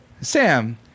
Sam